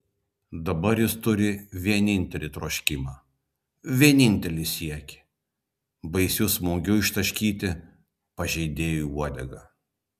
dabar jis turi vienintelį troškimą vienintelį siekį baisiu smūgiu ištaškyti pažeidėjui uodegą